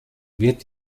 wird